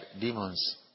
demons